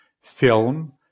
film